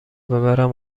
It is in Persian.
ببرم